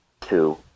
two